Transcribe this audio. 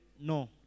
no